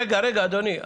רגע, רגע, אדוני.